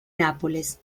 nápoles